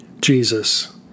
Jesus